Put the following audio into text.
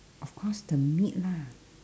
of course the meat lah